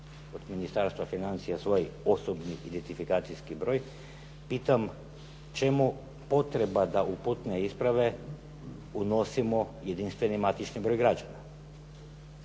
od Ministarstva financija svoj osobni identifikacijski broj, pitam čemu potreba da u putne isprave unosimo jedinstveni matični broj građana,